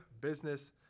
business